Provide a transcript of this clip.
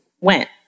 went